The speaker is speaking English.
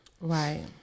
Right